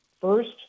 first